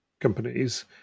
companies